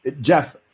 Jeff